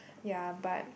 ya but